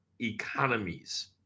economies